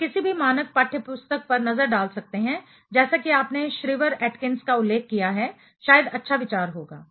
आप किसी भी मानक पाठ्यपुस्तक पर नज़र डाल सकते हैं जैसा कि आपने श्रीवर एटकिन्स का उल्लेख किया है शायद अच्छा विचार होगा